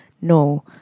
no